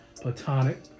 platonic